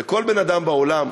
לכל בן-אדם בעולם,